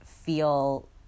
Feel